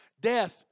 Death